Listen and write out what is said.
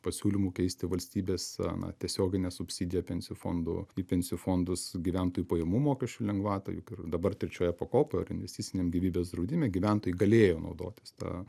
pasiūlymų keisti valstybės na tiesioginę subsidiją pensijų fondų į pensijų fondus gyventojų pajamų mokesčio lengvatą juk ir dabar trečioje pakopoje ar investiciniam gyvybės draudime gyventojai galėjo naudotis ta